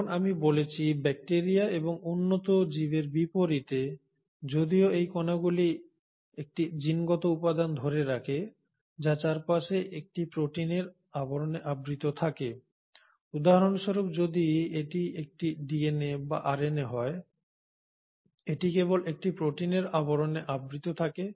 যেমন আমি বলেছি ব্যাকটিরিয়া এবং উন্নত জীবের বিপরীতে যদিও এই কণাগুলি একটি জিনগত উপাদান ধরে রাখে যা চারপাশে একটি প্রোটিনের আবরণে আবৃত থাকে উদাহরণস্বরূপ যদি এটি একটি ডিএনএ বা আরএনএ হয় এটি কেবল একটি প্রোটিনের আবরণে আবৃত থাকে